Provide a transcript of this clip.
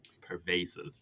pervasive